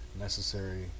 necessary